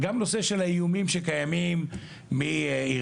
גם בנושא של האיומים שקיימים מאיראן,